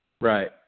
Right